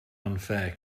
unfair